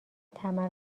تمرکز